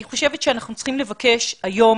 אני חושבת שאנחנו צריכים לבקש היום